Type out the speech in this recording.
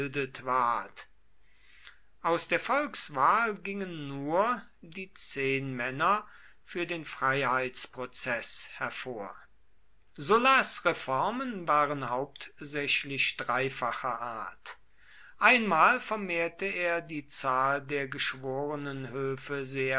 aus der volkswahl gingen nur die zehnmänner für den freiheitsprozeß hervor sullas reformen waren hauptsächlich dreifacher art einmal vermehrte er die zahl der